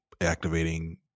activating